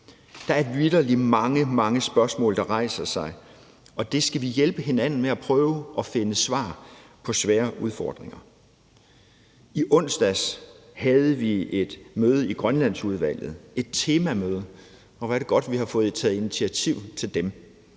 Der er vitterlig mange, mange spørgsmål, der rejser sig, og vi skal hjælpe hinanden med at prøve at finde svar på de svære udfordringer. I onsdags havde vi et møde i Grønlandsudvalget, et temamøde, og hvor er det godt, at vi har fået taget initiativ til dem.